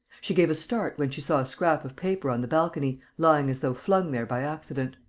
she gave a start when she saw a scrap of paper on the balcony, lying as though flung there by accident